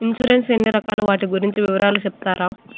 Insurance ఎన్ని రకాలు వాటి గురించి వివరాలు సెప్తారా?